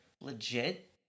legit